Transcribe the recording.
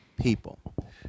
people